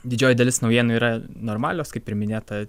didžioji dalis naujienų yra normalios kaip ir minėta